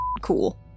cool